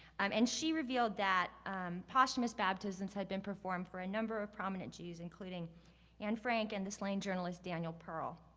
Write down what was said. um and she revealed that posthumous baptisms had been performed for a number of prominent jews, including anne frank and the slain journalist daniel pearl.